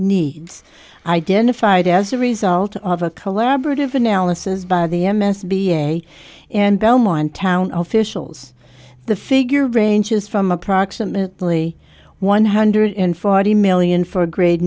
needs identified as a result of a collaborative analysis by the m s b a and belmont town officials the figure ranges from approximately one hundred forty million for a grade